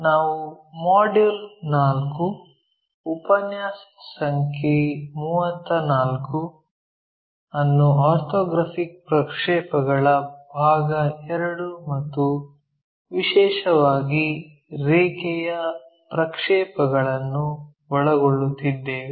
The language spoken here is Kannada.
ನಾವು ಮಾಡ್ಯೂಲ್ 4 ಉಪನ್ಯಾಸ ಸಂಖ್ಯೆ 34 ಅನ್ನು ಆರ್ಥೋಗ್ರಾಫಿಕ್ ಪ್ರಕ್ಷೇಪಗಳ ಭಾಗ II ಮತ್ತು ವಿಶೇಷವಾಗಿ ರೇಖೆಯ ಪ್ರಕ್ಷೇಪಣಗಳನ್ನು ಒಳಗೊಳ್ಳುತ್ತಿದ್ದೇವೆ